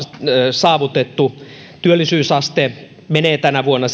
saavutettu työllisyysaste menee tänä vuonna